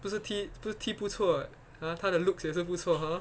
不是踢不是踢不错啊他的 looks 也是不错